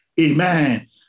Amen